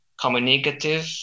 communicative